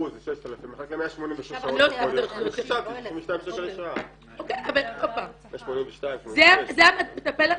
אוקיי אבל עוד פעם, זה המטפל המתחיל.